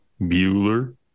Bueller